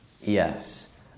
yes